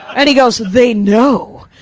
and he goes, they know?